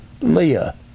Leah